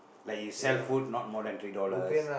like you sell food not more than three dollars